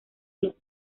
los